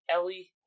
Ellie